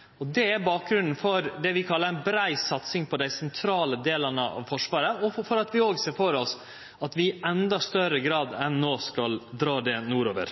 nødvendig. Det er bakgrunnen for det vi kallar ei brei satsing på dei sentrale delane av Forsvaret, og for at vi òg ser for oss at vi i endå større grad enn no skal dra det nordover.